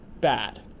bad